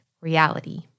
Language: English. reality